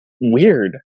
weird